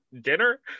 Dinner